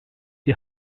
die